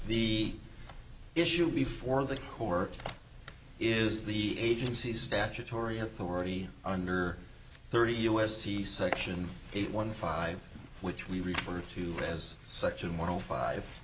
the issue before the court is the agency's statutory authority under thirty u s c section eight one five which we refer to as such a moral five